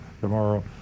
tomorrow